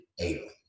alien